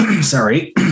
sorry